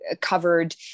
covered